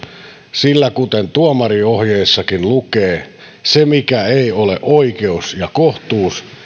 sillä kuten tuomarinohjeissakin lukee mikä ei ole oikeus ja kohtuus